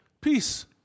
peace